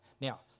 Now